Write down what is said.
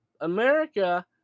America